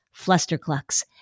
Flusterclucks